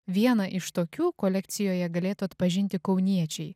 vieną iš tokių kolekcijoje galėtų atpažinti kauniečiai